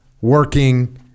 working